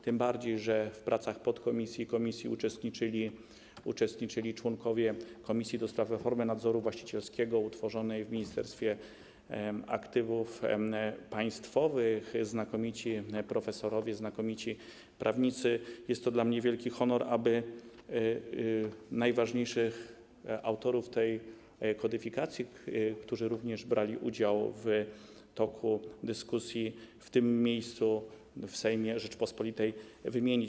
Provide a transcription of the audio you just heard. Tym bardziej że w pracach podkomisji i komisji uczestniczyli członkowie Komisji ds. Reformy Nadzoru Właścicielskiego utworzonej w Ministerstwie Aktywów Państwowych, znakomici profesorowie, znakomici prawnicy, jest to dla mnie wielki honor, aby najważniejszych autorów tej kodyfikacji, którzy również brali udział w toku dyskusji, w tym miejscu, w Sejmie Rzeczypospolitej, wymienić.